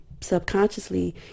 subconsciously